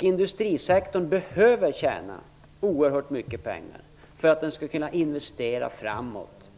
Industrisektorn behöver tjäna oerhört mycket pengar för att den skall kunna investera framåt,